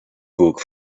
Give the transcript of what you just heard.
book